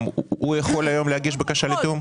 גם הוא יכול להגיש היום בקשה לתיאום מס?